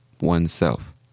oneself